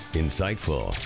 insightful